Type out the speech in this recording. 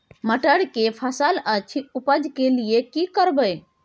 मटर के फसल अछि उपज के लिये की करबै?